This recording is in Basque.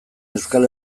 euskal